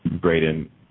Braden